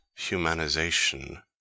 humanization